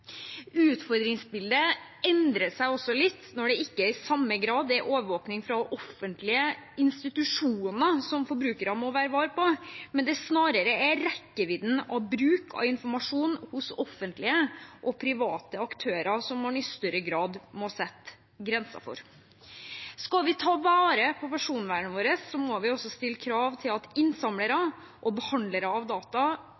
Utfordringsbildet endrer seg også litt når det ikke i samme grad er overvåkning fra offentlige institusjoner som forbrukerne må være vare på, men snarere rekkevidden og bruk av informasjon hos offentlige og private aktører som man i større grad må sette grenser for. Skal vi ta vare på personvernet vårt, må vi også stille krav til at